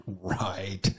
Right